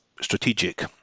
strategic